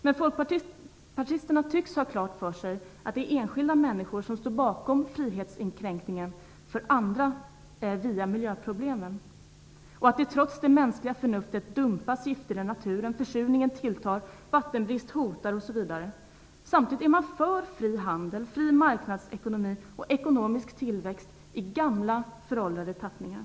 Men folkpartisterna tycks ha klart för sig att det är enskilda människor som står bakom frihetsinskränkningen för andra via miljöproblemen och att det trots det mänskliga förnuftet dumpas gifter i naturen, försurningen tilltar, vattenbrist hotar, osv. Samtidigt är man för fri handel, fri marknadsekonomi och ekonomisk tillväxt i gamla föråldrade tappningar.